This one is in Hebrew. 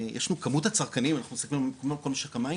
כמות הצרכנים אם אנחנו מסתכלים על כל משק המים,